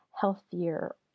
healthier